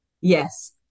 Yes